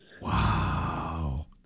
Wow